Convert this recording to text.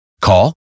Call